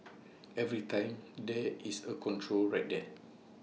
every time there is A control right there